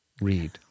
Read